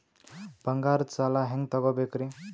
ಬಂಗಾರದ್ ಸಾಲ ಹೆಂಗ್ ತಗೊಬೇಕ್ರಿ?